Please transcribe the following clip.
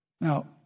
Now